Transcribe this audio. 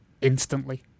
Instantly